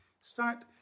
start